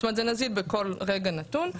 זאת אומרת זה נזיל בכל רגע נתון,